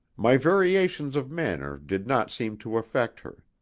my variations of manner did not seem to affect her.